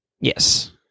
Yes